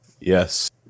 Yes